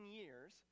years